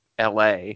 LA